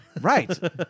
Right